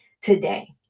today